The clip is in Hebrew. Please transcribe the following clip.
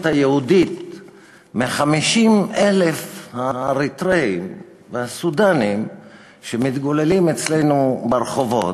היהודית מ-50,000 האריתריאים והסודאנים שמתגוללים אצלנו ברחובות,